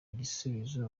igisubizo